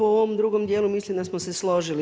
U ovom drugom dijelu mislim da smo se složili.